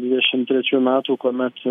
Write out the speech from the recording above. dvidešim trečių metų kuomet